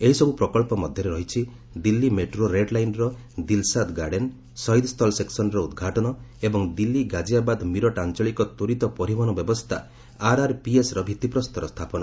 ଏହି ସବୁ ପ୍ରକଳ୍ପ ମଧ୍ୟରେ ରହିଛି ଦିଲ୍ଲୀ ମେଟ୍ରୋ ରେଡ୍ ଲାଇନ୍ର ଦିଲ୍ସାଦ୍ ଗାର୍ଡେନ୍ ଶହୀଦସ୍ଥଳ୍ ସେକ୍କନର ଉଦ୍ଘାଟନ ଏବଂ ଦିଲ୍ଲୀ ଗାଜିଆବାଦ ମିରଟ୍ ଆଞ୍ଚଳିକ ତ୍ୱରିତ ପରିବହନ ବ୍ୟବସ୍ଥା ଆର୍ଆର୍ପିଏସ୍ର ଭିଭିପ୍ରସ୍ତର ସ୍ଥାପନ